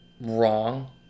wrong